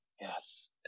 Yes